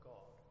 God